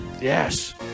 Yes